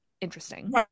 interesting